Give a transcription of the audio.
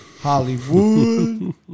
Hollywood